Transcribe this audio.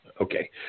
okay